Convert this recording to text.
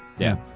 yeah.